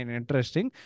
interesting